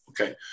Okay